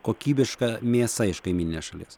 kokybiška mėsa iš kaimyninės šalies